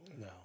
No